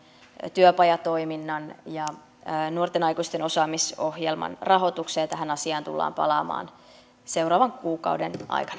työpajatoiminnan ja nuorten aikuisten osaamisohjelman rahoituksen ja tähän asiaan tullaan palaamaan seuraavan kuukauden aikana